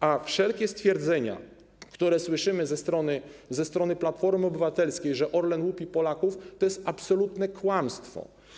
A wszelkie stwierdzenia, które słyszymy ze strony Platformy Obywatelskiej, że Orlen łupi Polaków, to jest absolutne kłamstwo.